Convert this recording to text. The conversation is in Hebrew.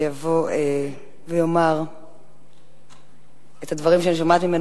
שיבוא ויאמר את הדברים שאני שומעת ממנו